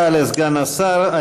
לסגן השר.